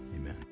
Amen